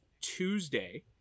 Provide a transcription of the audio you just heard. Tuesday